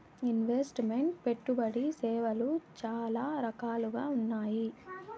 invest meant పెట్టుబడి సేవలు చాలా రకాలుగా ఉన్నాయి